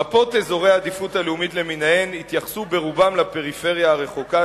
מפות אזורי העדיפות הלאומית למיניהן התייחסו ברובם לפריפריה הרחוקה,